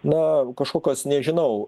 na kažkokios nežinau